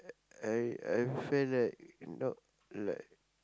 I I feel like not like